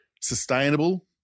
sustainable